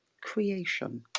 creation